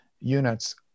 units